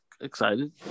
excited